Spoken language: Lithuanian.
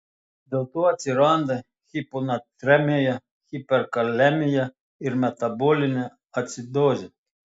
dėlto atsiranda hiponatremija hiperkalemija ir metabolinė acidozė